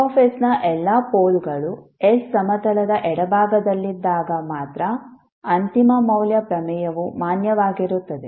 F ನ ಎಲ್ಲಾ ಪೋಲ್ಗಳು s ಸಮತಲದ ಎಡಭಾಗದಲ್ಲಿದ್ದಾಗ ಮಾತ್ರ ಅಂತಿಮ ಮೌಲ್ಯ ಪ್ರಮೇಯವು ಮಾನ್ಯವಾಗಿರುತ್ತದೆ